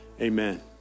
amen